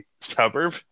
suburb